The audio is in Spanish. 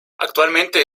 actualmente